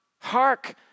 Hark